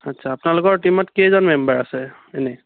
আচ্ছা আপোনালোকৰ টিমত কেইজন মেম্বাৰ আছে এনেই